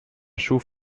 schuf